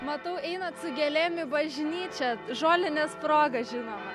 matau einat su gėlėm į bažnyčią žolinės proga žinoma